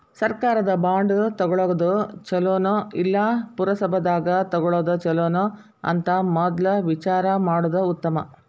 ಸರ್ಕಾರದ ಬಾಂಡ ತುಗೊಳುದ ಚುಲೊನೊ, ಇಲ್ಲಾ ಪುರಸಭಾದಾಗ ತಗೊಳೊದ ಚುಲೊನೊ ಅಂತ ಮದ್ಲ ವಿಚಾರಾ ಮಾಡುದ ಉತ್ತಮಾ